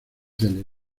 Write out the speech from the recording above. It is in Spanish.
del